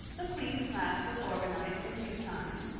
the queen's class was organized in due time.